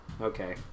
okay